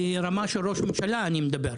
ברמה של ראש ממשלה אני מדבר.